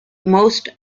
most